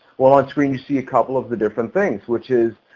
well on screen you'll see a couple of the different things which is,